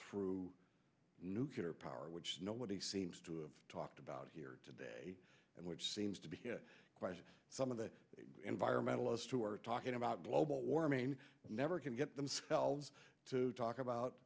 through nuclear power which nobody seems to have talked about here today and which seems to be some of the environmentalists who are talking about global warming never can get themselves to talk about